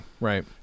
right